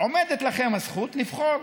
עומדת לכם הזכות לבחור